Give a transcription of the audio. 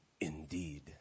indeed